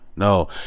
No